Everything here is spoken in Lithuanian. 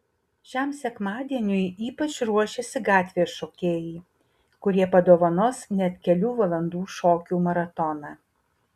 šiam sekmadieniui ypač ruošiasi gatvės šokėjai kurie padovanos net kelių valandų šokių maratoną